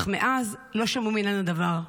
אך מאז לא שמעו ממנה דבר.